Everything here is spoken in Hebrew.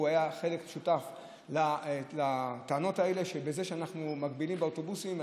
היה חלק ושותף לטענות האלה: בזה שאנחנו מגבילים באוטובוסים,